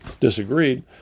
disagreed